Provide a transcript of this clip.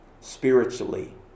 Spiritually